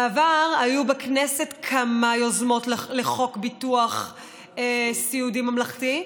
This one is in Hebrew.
בעבר היו בכנסת כמה יוזמות לחוק ביטוח סיעודי ממלכתי.